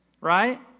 right